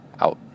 out